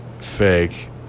fake